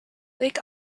lake